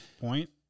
point